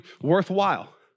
worthwhile